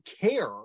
care